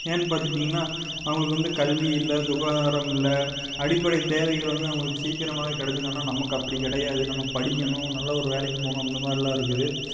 ஏன்னு பார்த்துட்டீங்கன்னா அவங்களுக்கு வந்து கல்வி இல்லை சுகாதாரம் இல்லை அடிப்படை தேவைகள் வந்து அவங்களுக்கு சீக்கிரமாகவே கிடச்சிதுன்னா நமக்கு அப்படி கிடையாது நம்ம படிக்கணும் நல்லா ஒரு வேலைக்கு போகணும் இந்த மாதிரில்லா இருக்குது